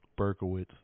Berkowitz